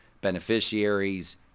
beneficiaries